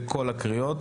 בכל הקריאות: